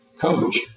coach